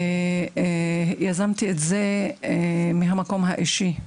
וגילוי נאות, זה הגיע ממקום אישי.